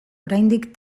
oraindik